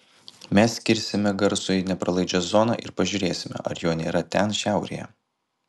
mes kirsime garsui nepralaidžią zoną ir pažiūrėsime ar jo nėra ten šiaurėje